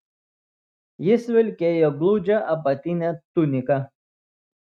jis vilkėjo gludžią apatinę tuniką